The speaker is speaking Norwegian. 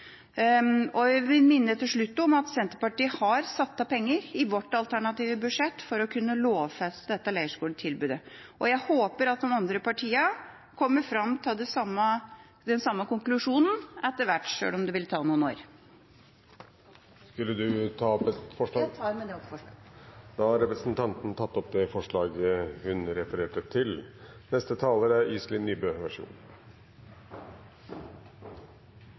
til slutt om at vi i Senterpartiet har satt av penger i vårt alternative budsjett for å kunne lovfeste leirskoletilbudet. Jeg håper de andre partiene kommer fram til den samme konklusjonen etter hvert – sjøl om det vil ta noen år. Jeg tar hermed opp forslaget som Senterpartiet har sammen med Sosialistisk Venstreparti i saken. Representanten Anne Tingelstad Wøien har dermed tatt opp det forslaget hun refererte til. Jeg er